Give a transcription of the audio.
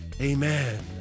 amen